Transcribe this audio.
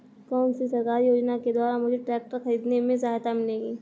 कौनसी सरकारी योजना के द्वारा मुझे ट्रैक्टर खरीदने में सहायता मिलेगी?